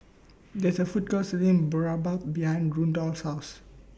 There IS A Food Court Selling Boribap behind Rudolph's House